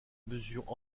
mesurent